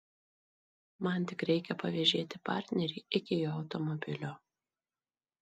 man tik reikia pavėžėti partnerį iki jo automobilio